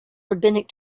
rabbinic